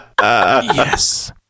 yes